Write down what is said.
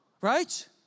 Right